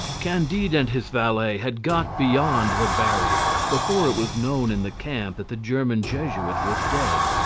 candide and his valet had got beyond the barrier, before it was known in the camp that the german jesuit was dead.